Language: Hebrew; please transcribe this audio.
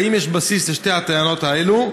2. האם יש בסיס לשתי הטענות האלו,